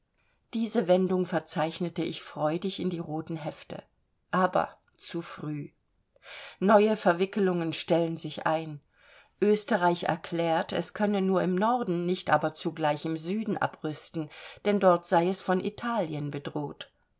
diese wendung verzeichnete ich freudig in die roten hefte aber zu früh neue verwickelungen stellen sich ein österreich erklärt es könne nur im norden nicht aber zugleich im süden abrüsten denn dort sei es von italien bedroht